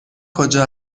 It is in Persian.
کجا